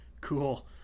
cool